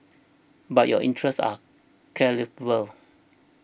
but your interests are